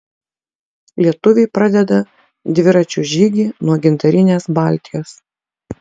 lietuviai pradeda dviračių žygį nuo gintarinės baltijos